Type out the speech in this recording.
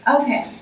okay